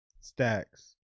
stacks